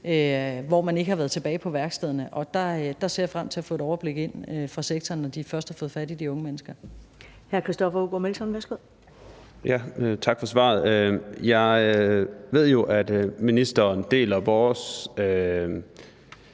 hvor man ikke har været tilbage på værkstedet. Og der ser jeg frem til at få et overblik ind fra sektoren, når man først har fået fat i de unge mennesker.